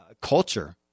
culture